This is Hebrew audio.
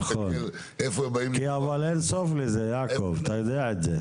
כי אין סוף לזה, יעקב, אתה יודע את זה.